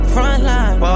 Frontline